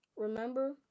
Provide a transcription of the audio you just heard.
Remember